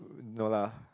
no lah